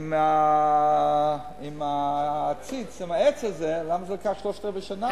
עם העציץ, עם העץ הזה, למה זה לקח שלושת-רבעי שנה.